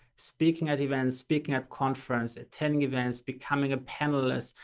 speaking at events, speaking at conference, attending events, becoming a panelist,